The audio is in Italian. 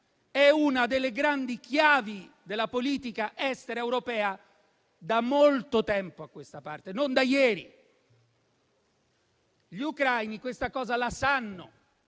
è una delle grandi chiavi della politica estera europea da molto tempo a questa parte, non da ieri. Gli ucraini questo lo sanno,